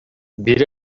бир